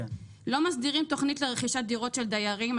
לא מסדירים תוכנית לרכישת דירות של דיירים,